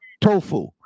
tofu